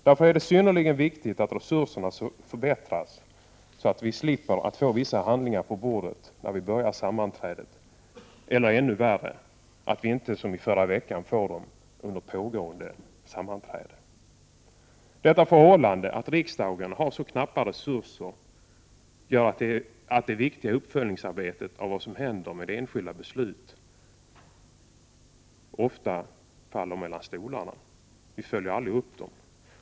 Därför är det synnerligen viktigt att resurserna förbättras, så att vi slipper att först när sammanträdet börjar få vissa handlingar på bordet eller, ännu värre, som under förra veckan inte få dem förrän under pågående möte. Det förhållandet att riksdagen har så knappa resurser gör att det viktiga arbetet med uppföljning av vad som händer med enskilda beslut ofta faller mellan stolarna. Vi följer inte upp besluten.